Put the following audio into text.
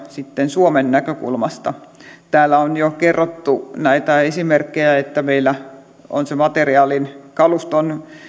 sitten suomen näkökulmasta täällä on jo kerrottu näitä esimerkkejä että meillä on intressejä kaluston